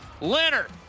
Leonard